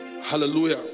Hallelujah